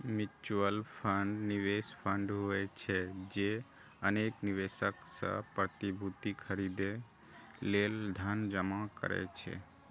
mutual fund निवेश fund होइ छै, जे अनेक निवेशक सं प्रतिभूति खरीदै लेल धन जमा करै छै